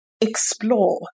explore